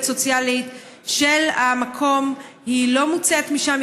סוציאלית של המקום היא לא מוּצאת משם.